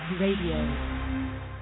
Radio